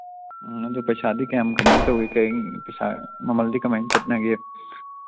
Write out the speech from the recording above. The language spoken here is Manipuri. ꯑꯥ ꯑꯗꯨ ꯄꯩꯁꯥꯗꯤ ꯀꯌꯥꯝ ꯀꯃꯥꯏꯅ ꯇꯧꯋꯤ ꯀꯔꯤ ꯄꯩꯁꯥ ꯃꯃꯜꯗꯤ ꯀꯃꯥꯏꯅ ꯆꯠꯅꯒꯦ